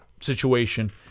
situation